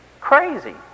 Crazy